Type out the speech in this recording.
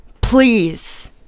please